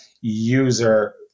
user